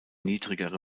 niedrigere